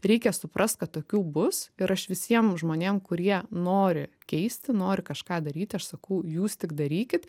reikia suprast kad tokių bus ir aš visiem žmonėm kurie nori keisti nori kažką daryti aš sakau jūs tik darykit